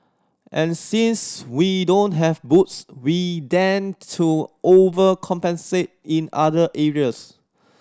and since we don't have boobs we tend to overcompensate in other areas